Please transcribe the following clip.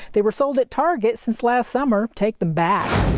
they were sold at target since last summer take them back.